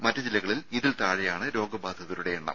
മറ്റ് ജില്ലകളിൽ ഇതിൽ താഴെയാണ് രോഗബാധിതരുടെ എണ്ണം